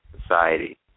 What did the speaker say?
society